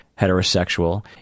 heterosexual